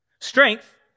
Strength